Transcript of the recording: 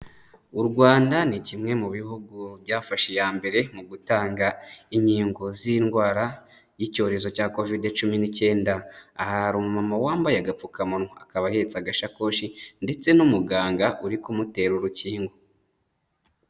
U Rwanda ni kimwe mu bihugu byafashe iya mbere mu gutanga inkingo z'indwara y'icyorezo cya Kovide cumi n'icyenda, aha hari umumama wambaye agapfukamunwa, akaba ahetse agashakoshi, ndetse n'umuganga uri kumutera urukingo.